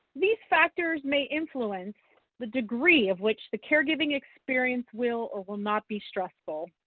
these factors may influence the degree of which the caregiving experience will or will not be stressful.